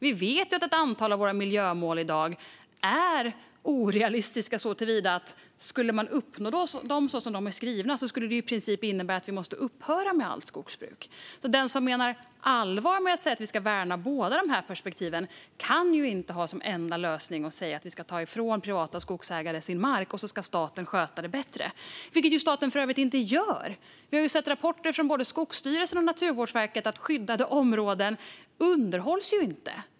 Vi vet att ett antal av våra miljömål i dag är orealistiska så till vida att om man skulle uppnå dem som de är skrivna skulle det i princip innebära att vi måste upphöra med allt skogsbruk. Den som menar allvar med att säga att vi ska värna båda dessa perspektiv kan därför inte ha som enda lösning att vi ska ta ifrån privata skogsägare deras mark och att staten ska sköta det bättre, vilket staten för övrigt inte gör. Vi har sett rapporter från både Skogsstyrelsen och Naturvårdsverket om att skyddade områden inte underhålls.